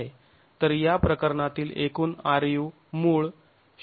तर या प्रकरणातील एकूण ru मूळ 0